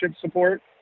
support